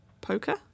poker